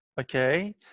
okay